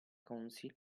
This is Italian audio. council